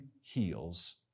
heals